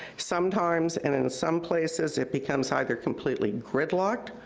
sometimes and in some places, it becomes either completely gridlocked,